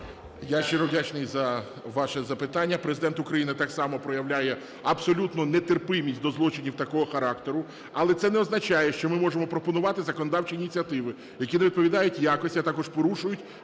Я щиро вдячний за ваше запитання. Президент України так само проявляє абсолютну нетерпимість до злочинів такого характеру. Але це не означає, що ми можемо пропонувати законодавчі ініціативи, які не відповідають якості, а також порушують